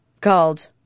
called